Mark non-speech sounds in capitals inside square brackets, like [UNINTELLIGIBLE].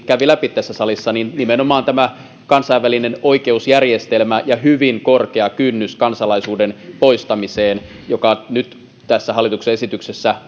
kävi läpi tässä salissa nimenomaan tämä kansainvälinen oikeusjärjestelmä ja hyvin korkea kynnys kansalaisuuden poistamiseen joka nyt tässä hallituksen esityksessä [UNINTELLIGIBLE]